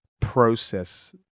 process